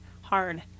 hard